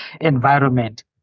environment